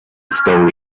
stone